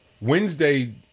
Wednesday